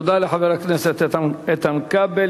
תודה לחבר הכנסת איתן כבל.